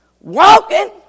Walking